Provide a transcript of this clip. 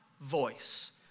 voice